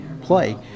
play